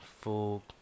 full